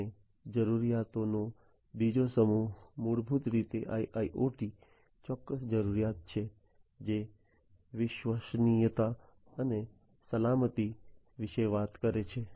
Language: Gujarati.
અને જરૂરિયાતોનો બીજો સમૂહ મૂળભૂત રીતે IIoT ચોક્કસ જરૂરિયાતો છે જે વિશ્વસનીયતા અને સલામતી વિશે વાત કરે છે